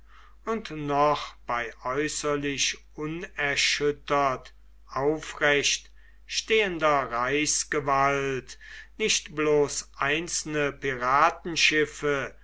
und noch bei äußerlich unerschüttert aufrecht stehender reichsgewalt nicht bloß einzelne